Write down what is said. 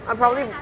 I'll probably